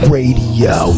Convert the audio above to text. Radio